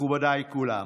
מכובדיי כולם.